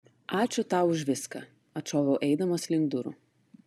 ačiū tau už viską atšoviau eidamas link durų